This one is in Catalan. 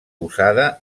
usada